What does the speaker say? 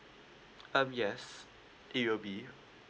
um yes it will be